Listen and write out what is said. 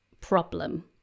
problem